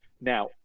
Now